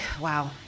wow